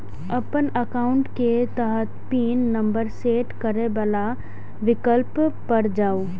अपन एकाउंट के तहत पिन नंबर सेट करै बला विकल्प पर जाउ